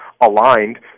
aligned